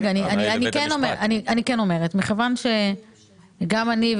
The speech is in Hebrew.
אני כן אומרת מכיוון שגם אני,